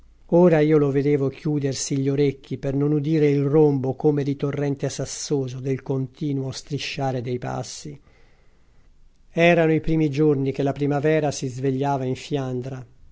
ora io lo vedevo chiudersi gli orecchi per non udire il rombo come di torrente sassoso del continuo strisciare dei passi erano i primi giorni che la primavera si svegliava in fiandra